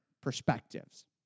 perspectives